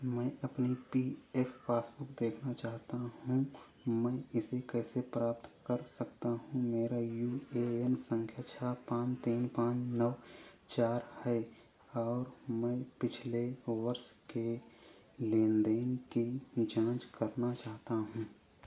मैं अपनी P F passbook देखना चाहता हूँ मैं इसे कैसे प्राप्त कर सकता हूँ मेरा यू ए एन संख्या छः पाँच तीन पाँच नौ चार है और मैं पिछले वर्ष के लेन देन की जाँच करना चाहता हूँ